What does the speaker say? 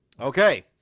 Okay